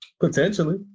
Potentially